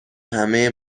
همه